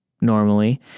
Normally